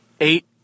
eight